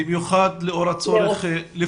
במיוחד לאור הצורך?